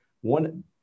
one